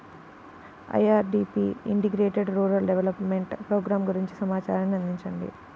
IRDP integrated rural development programme గురించి సమాచారాన్ని అందించండి?